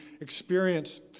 experience